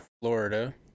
Florida